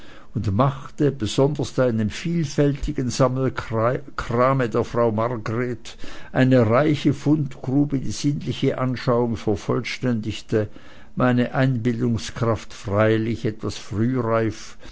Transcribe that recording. und machte besonders da in dem vielfältigen sammelkrame der frau margret eine reiche fundgrube die sinnliche anschauung vervollständigte meine einbildungskraft freilich etwas frühreif